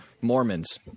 Mormons